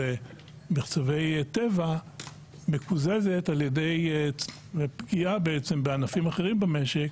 מחצבי טבע מקוזזת על ידי פגיעה בעצם בענפים אחרים במשק